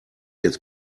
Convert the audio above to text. jetzt